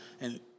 And-